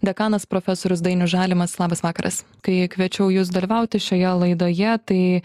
dekanas profesorius dainius žalimas labas vakaras kai kviečiau jus dalyvauti šioje laidoje tai